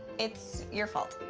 it's your fault.